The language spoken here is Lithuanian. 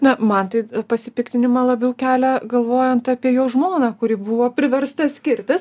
na man tai pasipiktinimą labiau kelia galvojant apie jo žmoną kuri buvo priversta skirtis